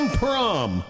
prom